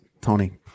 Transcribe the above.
Tony